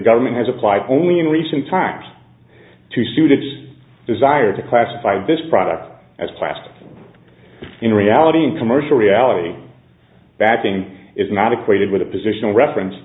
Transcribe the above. government has applied only in recent times to suit its desire to classify this product as plastic in reality and commercial reality backing is not equated with a positional reference